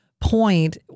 point